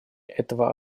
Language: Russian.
этого